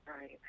Right